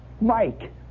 Mike